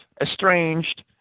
estranged